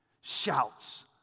shouts